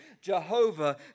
Jehovah